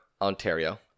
Ontario